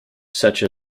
such